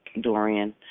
Dorian